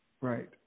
Right